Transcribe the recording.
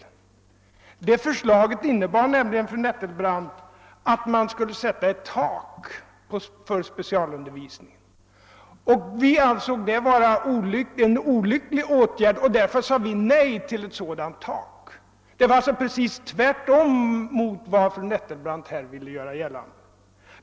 Men det förslaget innebar, fru Nettelbrandt, att man skulle sätta ett tak för specialundervisningen. Vi ansåg det vara en olycklig åtgärd, och därför sade vi nej till ett sådant tak. Det förhöll sig alltså precis tvärtom mot vad fru Nettelbrandt här ville göra gällande.